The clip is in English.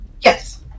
Yes